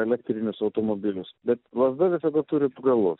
elektrinius automobilius bet lazda visada turi du galus